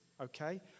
okay